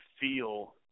feel